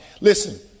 Listen